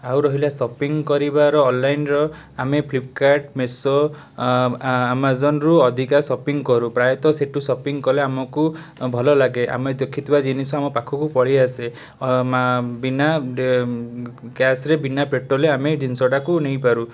ଆଉ ରହିଲା ସପିଙ୍ଗ କରିବାର ଅନଲାଇନର ଆମେ ଫ୍ଲିପକାର୍ଡ଼ ମେସୋ ଆମାଜନରୁ ଅଧିକ ସପିଙ୍ଗ କରୁ ପ୍ରାୟତଃ ସେଟୁ ସପିଙ୍ଗ କଲେ ଆମକୁ ଭଲ ଲାଗେ ଆମେ ଦେଖିଥିବା ଜିନିଷ ଆମ ପାଖକୁ ପଳେଇ ଆସେ ବିନା କ୍ୟାସ ରେ ବିନା ପେଟ୍ରୋଲ ରେ ଆମେ ଜିନିଷଟାକୁ ନେଇପାରୁ